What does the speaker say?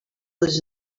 was